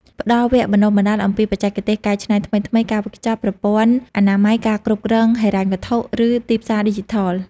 ផ្តល់វគ្គបណ្តុះបណ្តាលអំពីបច្ចេកទេសកែច្នៃថ្មីៗ ការវេចខ្ចប់ ប្រព័ន្ធអនាម័យការគ្រប់គ្រងហិរញ្ញវត្ថុ និងទីផ្សារឌីជីថល។